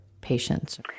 patients